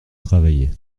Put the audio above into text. travailler